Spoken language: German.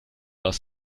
aus